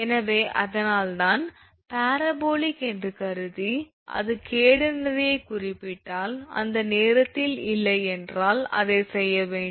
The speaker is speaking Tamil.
எனவே அதனால்தான் பரபோலிக் என்று கருதி அது கேடனரியைக் குறிப்பிடப்பட்டால் அந்த நேரத்தில் இல்லையென்றால் அதைச் செய்ய வேண்டும்